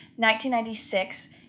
1996